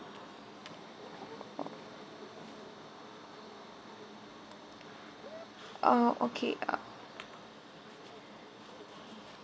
uh okay uh